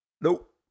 Nope